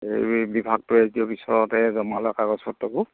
এই বিভাগটো S D O অফিচতে জমা লয় কাগজপত্ৰবোৰ